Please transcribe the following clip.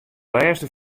lêste